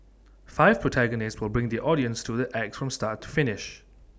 five protagonists will bring the audience through the acts from start to finish